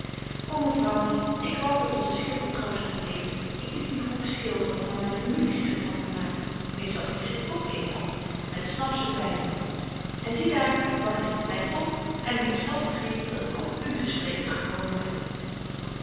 ô mevrouw ik wou dat onze schilder troost nog leefde ik liet die groupe schilderen om er myn familie stuk van te maken mits dat ik er ook in mogt met snap zo by me en zie daar dan is de tyd om en ik heb zelf vergeten dat ik om u te spreken gekomen ben